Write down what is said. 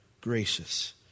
gracious